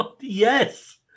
Yes